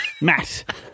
Matt